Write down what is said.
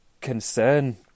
concern